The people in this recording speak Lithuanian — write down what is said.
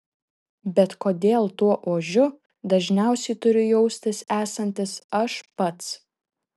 bet kodėl tuo ožiu dažniausiai turiu jaustis esantis aš pats